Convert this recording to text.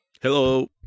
Hello